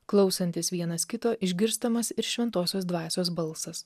klausantis vienas kito išgirstamas ir šventosios dvasios balsas